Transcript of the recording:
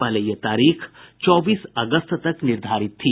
पहले ये तारीख चौबीस अगस्त तक निर्धारित थी